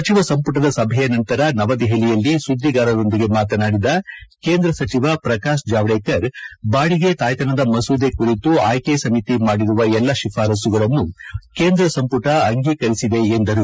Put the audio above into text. ಸಚಿವ ಸಂಪುಟದ ಸಭೆಯ ನಂತರ ನವದೆಹಲಿಯಲ್ಲಿ ಸುಧ್ಗಾರರೊಂದಿಗೆ ಮಾತನಾಡಿದ ಕೇಂದ್ರ ಸಚಿವ ಪ್ರಕಾಶ್ ಜಾವಡೇಕರ್ ಬಾಡಿಗೆ ತಾಯ್ತನದ ಮಸೂದೆ ಕುರಿತ ಆಯ್ತೆ ಸಮಿತಿ ಮಾಡಿರುವ ಎಲ್ಲ ಶಿಫಾರಸ್ತುಗಳನ್ನು ಕೇಂದ್ರ ಸಂಪುಟ ಅಂಗೀಕರಿಸಿದೆ ಎಂದರು